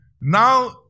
Now